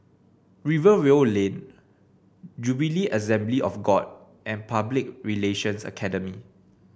Rivervale Lane Jubilee Assembly of God and Public Relations Academy